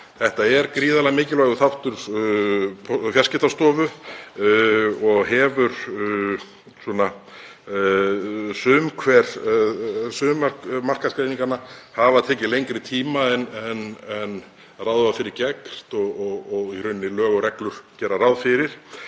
Þetta er gríðarlega mikilvægur þáttur Fjarskiptastofu og hafa sumar markaðsgreiningar tekið lengri tíma en ráð var fyrir gert og í rauninni lög og reglur gera ráð fyrir.